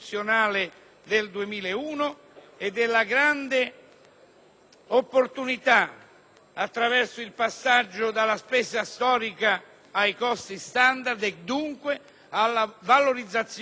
opportunità, attraverso il passaggio dalla spesa storica ai costi standard, e dunque alla valorizzazione del binomio autonomia‑responsabilità,